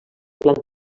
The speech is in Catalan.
planta